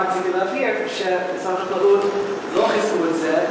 רק רציתי להבהיר שמשרד החקלאות לא כיסו את זה.